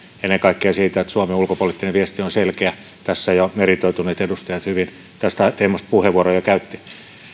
ennen kaikkea siitä että suomen ulkopoliittinen viesti on selkeä tässä jo meritoituneet edustajat hyvin tästä teemasta puheenvuoroja käyttivät